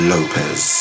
Lopez